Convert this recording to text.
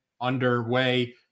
underway